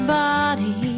body